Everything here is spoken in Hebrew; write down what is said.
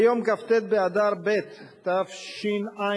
ביום כ"ט באדר ב' התשע"א,